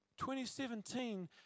2017